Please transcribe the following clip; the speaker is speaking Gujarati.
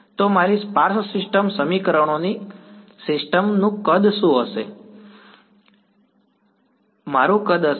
તો મારી સ્પાર્સ સિસ્ટમ સમીકરણોની મારી સમીકરણોની સિસ્ટમ નું કદ શું છે